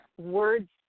words